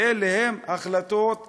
ואלה הן החלטות חשובות.